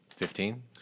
Fifteen